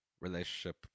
relationship